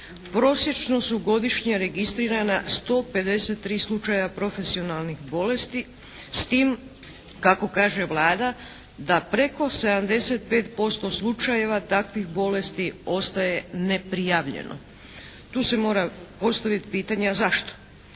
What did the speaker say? prosječno su godišnje registrirana 153 slučaja profesionalnih bolesti. S tim, kako kaže Vlada da preko 75% slučajeva takvih bolesti ostaje neprijavljeno. Tu se mora postaviti pitanje a zašto?